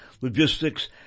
logistics